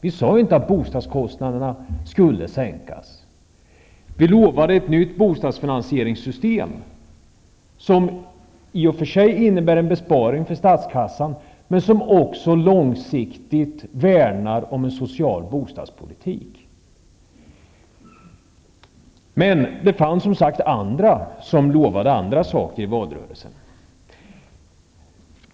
Vi sade inte att bostadskostnaderna skulle minska. Vi lovade ett nytt bostadsfinansieringssystem som i och för sig innebär en besparing för statskassan, men som också långsiktigt värnar om en social bostadspolitik. Men det fanns, som sagt, andra som lovade andra saker i valrörelsen.